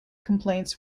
complaints